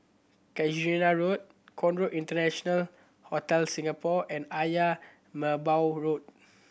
Casuarina Road Conrad International Hotel Singapore and Ayer Merbau Road